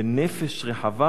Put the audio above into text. ונפש רחבה,